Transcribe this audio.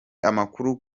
amakuru